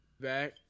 back